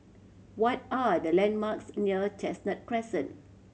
what are the landmarks near Chestnut Crescent